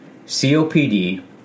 COPD